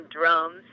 drums